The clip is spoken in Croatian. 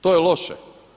To je loše.